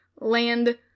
land